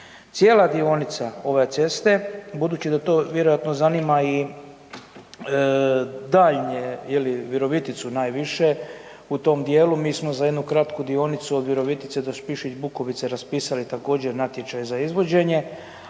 Cijela dionica ove ceste, budući da to vjerojatno zanima i daljnje ili Viroviticu najviše u tom dijelu, mi smo za jednu kratku dionicu od Virovitice do Spišić Bukovice raspisali također natječaj za izvođenje,